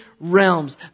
realms